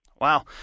Wow